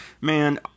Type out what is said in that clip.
Man